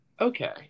Okay